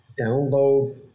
download